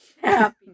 happy